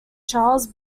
charles